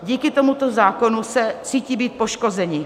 Díky tomuto zákonu se cítí být poškozeni.